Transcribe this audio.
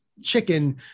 chicken